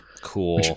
Cool